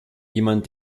jemand